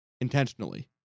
intentionally